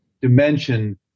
dimension